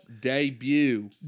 Debut